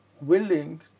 willing